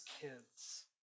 kids